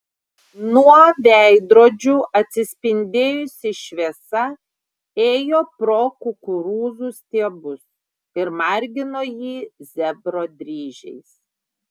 nuo veidrodžių atsispindėjusi šviesa ėjo pro kukurūzų stiebus ir margino jį zebro dryžiais